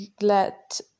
let